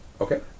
Okay